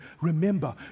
Remember